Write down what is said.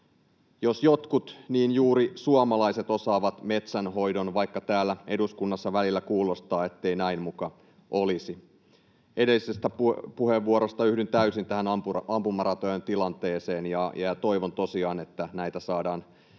Jos jotkut, niin juuri suomalaiset osaavat metsänhoidon, vaikka täällä eduskunnassa välillä kuulostaa, ettei näin muka olisi. Yhdyn edellisestä puheenvuorosta täysin tähän ampumaratojen tilanteeseen, ja toivon tosiaan, että näitä